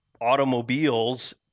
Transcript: automobiles